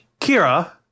Kira